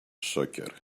soccer